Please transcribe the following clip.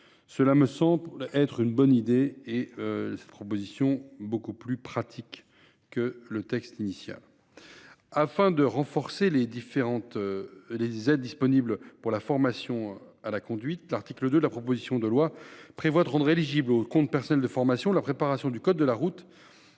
Cela me semble être une bonne idée ; cette proposition paraît plus pratique que le texte initial. Afin de renforcer les aides disponibles pour la formation à la conduite, l'article 2 de la proposition de loi prévoit de rendre éligible au CPF la préparation du code de la route